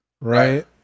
right